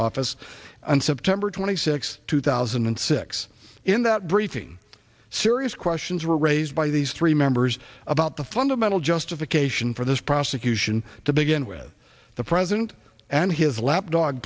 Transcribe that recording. office on september twenty sixth two thousand and six in that briefing serious questions were raised by these three members about the fundamental justification for this prosecution to begin with the president and his lapdog